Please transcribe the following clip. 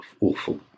Awful